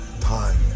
time